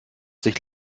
sich